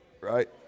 right